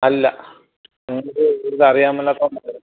അല്ല നിങ്ങൾക്ക് ഇത് അറിയാൻ മേലാത്തോണ്ടാ